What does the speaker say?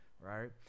right